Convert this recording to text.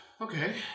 okay